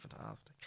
fantastic